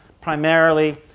primarily